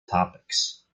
topics